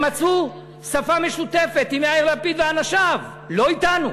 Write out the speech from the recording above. הם מצאו שפה משותפת עם יאיר לפיד ואנשיו, לא אתנו.